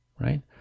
right